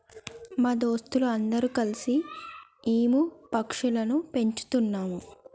మా దోస్తులు అందరు కల్సి ఈము పక్షులని పెంచుతున్నాం